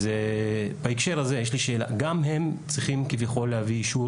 גם הם צריכים כביכול להביא אישור